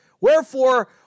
Wherefore